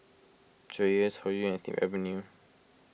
Dreyers Hoyu and Snip Avenue